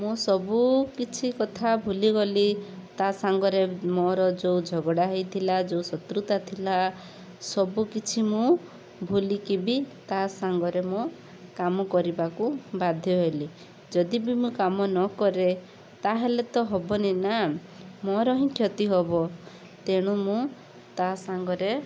ମୁଁ ସବୁକିଛି କଥା ଭୁଲିଗଲି ତା' ସାଙ୍ଗରେ ମୋର ଯେଉଁ ଝଗଡ଼ା ହୋଇଥିଲା ଯେଉଁ ଶତ୍ରୁତା ଥିଲା ସବୁକିଛି ମୁଁ ଭୁଲିକି ବି ତା' ସାଙ୍ଗରେ ମୁଁ କାମ କରିବାକୁ ବାଧ୍ୟ ହେଲି ଯଦି ବି ମୁଁ କାମ ନ କରେ ତାହେଲେ ତ ହେବନି ନା ମୋର ହିଁ କ୍ଷତି ହେବ ତେଣୁ ମୁଁ ତା' ସାଙ୍ଗରେ